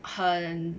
很